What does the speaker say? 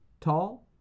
tall